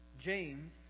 James